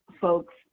folks